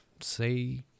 say